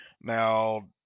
Now